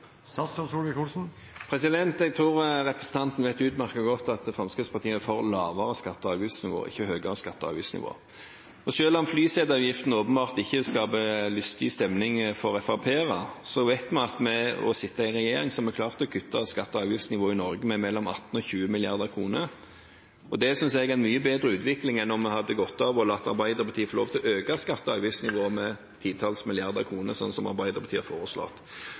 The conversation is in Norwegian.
Jeg tror representanten vet utmerket godt at Fremskrittspartiet er for et lavere skatte- og avgiftsnivå, ikke et høyere skatte- og avgiftsnivå. Og selv om flyseteavgiften åpenbart ikke skaper lystig stemning for FrP-ere, vet vi at vi ved å sitte i regjering har klart å kutte skatte- og avgiftsnivået i Norge med 18–20 mrd. kr. Det synes jeg er en mye bedre utvikling enn om vi hadde gått av og latt Arbeiderpartiet få lov til å øke skatte- og avgiftsnivået med titalls milliarder kroner, som Arbeiderpartiet har foreslått.